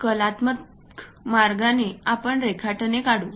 कलात्मक मार्गाने आपण रेखाटने काढू